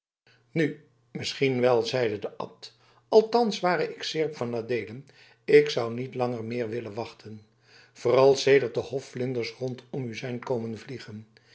nu misschien wel zeide de abt althans ware ik seerp van adeelen ik zou niet langer meer willen wachten vooral sedert de hofvlinders rondom u zijn komen vliegen